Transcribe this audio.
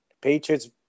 Patriots